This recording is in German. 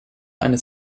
eines